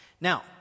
Now